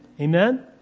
Amen